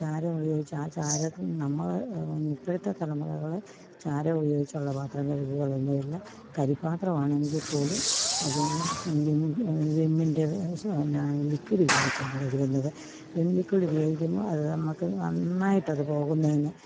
ചാരമുപയോഗിച്ച് ആ ചാരം നമ്മൾ ഇപ്പോഴത്തെ തലമുറകൾ ചാരം ഉപയോഗിച്ചുള്ള പത്രം കഴുകുകയോ ഒന്നുമില്ല കരി പാത്ര ആണെങ്കിൽ പോലും അത് സ് വിമിൻ്റെ ലിക്വിഡ് ഉപയോഗിച്ചാണ് കഴുകുന്നത് വിം ലിക്വിഡ് ഉപയോഗിക്കുമ്പോൾ അതു നമുക്ക് നന്നായിട്ടത് പോകുന്നതിന്